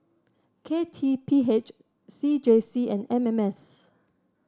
K T P H C J C and M M S